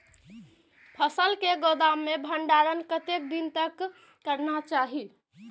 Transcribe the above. फसल के गोदाम में भंडारण कतेक दिन तक करना चाही?